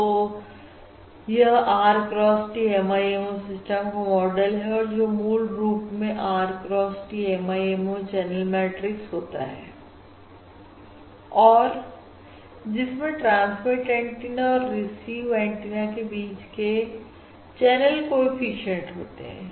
तो यह R cross T MIMO system का मॉडल है और जो मूल रूप में R cross T MIMO channel matrix होता है और जिसमें ट्रांसमिट एंटीना और रिसीव एंटीना के बीच के चैनल कोएफिशिएंट होते हैं